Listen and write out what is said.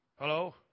hello